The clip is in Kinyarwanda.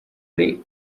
ari